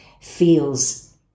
feels